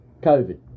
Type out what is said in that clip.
COVID